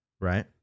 right